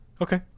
Okay